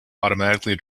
automatically